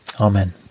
Amen